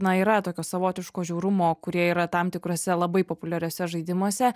na yra tokio savotiško žiaurumo kurie yra tam tikruose labai populiariuose žaidimuose